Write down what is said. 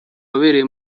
wabereye